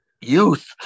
youth